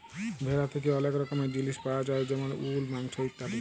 ভেড়া থ্যাকে ওলেক রকমের জিলিস পায়া যায় যেমল উল, মাংস ইত্যাদি